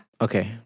Okay